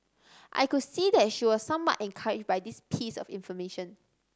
I could see that she was somewhat encouraged by this piece of information